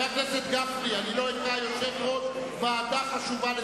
גפני, לא אקרא לסדר יושב-ראש ועדה חשובה.